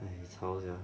eh 差不多这样